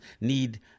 need